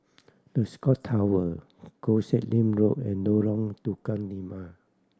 The Scott Tower Koh Sek Lim Road and Lorong Tukang Lima